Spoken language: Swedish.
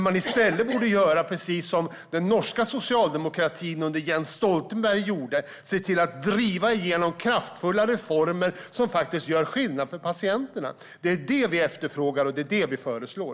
I stället borde man göra precis som den norska socialdemokratin under Jens Stoltenberg gjorde. Man såg till driva igenom kraftfulla reformer som gjorde skillnad för patienterna. Det är det som vi efterfrågar, och det är det som vi föreslår.